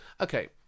Okay